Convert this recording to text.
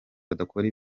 badakora